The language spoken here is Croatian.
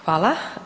Hvala.